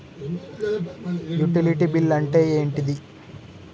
Utility bill అంటే ఏంటిది?